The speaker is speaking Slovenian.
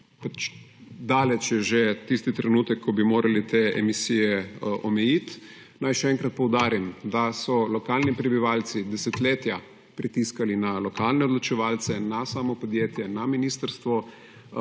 daleč je že tisti trenutek, ko bi morali te emisije omejiti. Naj še enkrat poudarim, da so lokalni prebivalci desetletja pritiskali na lokalne odločevalce, na samo podjetje, na ministrstvo.